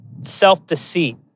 self-deceit